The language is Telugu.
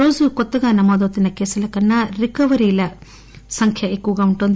రోజు కొత్తగా నమోదొతున్న కేసుల కన్నా రికవరీల సంఖ్య ఎక్కువగా వుంటుంది